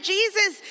Jesus